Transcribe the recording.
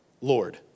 Lord